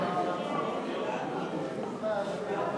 התשע"ב 2012,